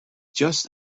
just